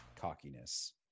cockiness